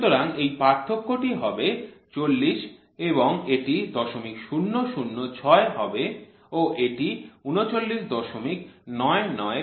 সুতরাং এই পার্থক্যটি হবে ৪০ এবং এটি ০০০৬ হবে ও এটি ৩৯৯৯৮ হবে ঠিক আছে